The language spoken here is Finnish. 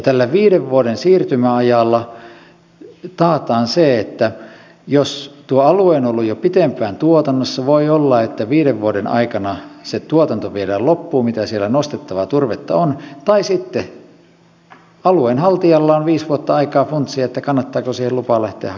tällä viiden vuoden siirtymäajalla taataan se että jos tuo alue on ollut jo pitempään tuotannossa niin voi olla että viiden vuoden aikana se tuotanto viedään loppuun mitä siellä nostettavaa turvetta on tai sitten alueen haltijalla on viisi vuotta aikaa funtsia kannattaako siihen lupaa lähteä hakemaan vai ei